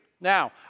Now